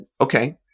okay